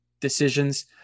decisions